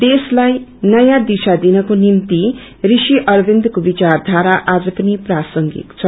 देशलाई नयाँ दिशा दिनको निभ्ति ऋषि अरकिन्दको विचाारवारा आज पनि प्रासंगिक छ